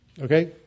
Okay